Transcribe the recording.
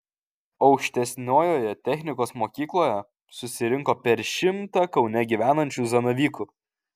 aukštesniojoje technikos mokykloje susirinko per šimtą kaune gyvenančių zanavykų